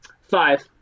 Five